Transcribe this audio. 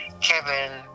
Kevin